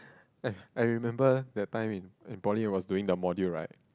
I I remember the time in in poly was doing the module right